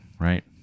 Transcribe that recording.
right